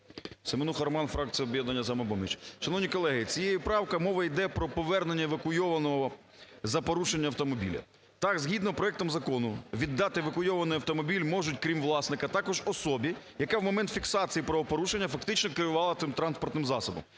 Семенуха Роман, фракція "Об'єднання "Самопоміч". Шановні колеги, цією правкою… мова йде про повернення евакуйованого за порушення автомобіля. Так згідно проекту закону віддати евакуйований автомобіль можуть, крім власника, також особі, яка в момент фіксації правопорушення фактично керувала цим транспортним засобом.